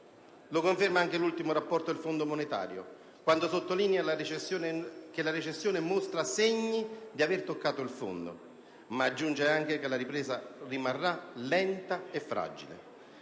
Lo conferma anche l'ultimo rapporto del Fondo monetario, quando sottolinea che la recessione mostra segni di aver toccato il fondo, ma aggiunge anche che la ripresa rimarrà lenta e fragile.